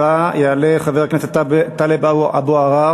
הבא, יעלה חבר הכנסת טלב אבו עראר.